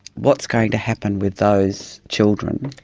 what's going to happen with those children?